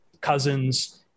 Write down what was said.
Cousins